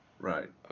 Right